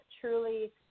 truly